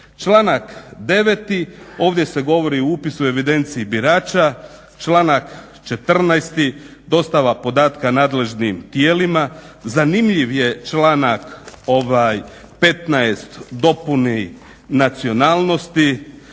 Članak 9. ovdje se govori o upisu u evidenciji birača, članak 14. dostava podatka nadležnim tijelima, zanimljiv je članak 15. dopuna nacionalnosti.